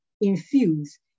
infuse